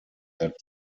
that